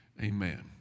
Amen